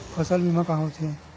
फसल बीमा का होथे?